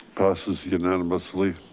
passes unanimously.